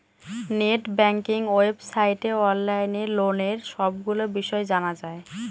net banking ওয়েবসাইটে online লোনের সবগুলো বিষয় জানা যায়